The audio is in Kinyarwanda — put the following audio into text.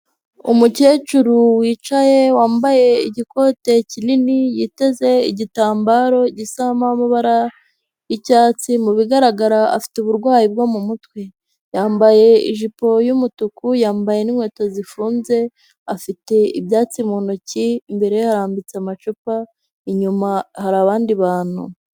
Umukecuru wicaye wambaye igikote kinini, yiteze igitambaro gisa amabara y'icyatsi ,mu bigaragara afite uburwayi bwo mu mutwe. Yambaye ijipo y'umutuku, yambaye n'inkweto zifunze, afite ibyatsi mu ntoki, imbere ye harambitse amacupa, inyuma hari abandi bantu.